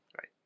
Right